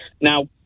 Now